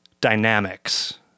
dynamics